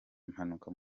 impanuka